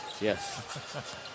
Yes